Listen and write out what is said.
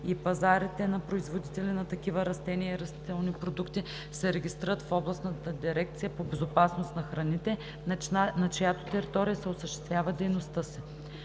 и пазарите на производители на такива растения и растителни продукти, се регистрират в областната дирекция по безопасност на храните (ОДБХ), на чиято територия ще осъществяват дейността си.